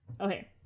Okay